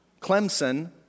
Clemson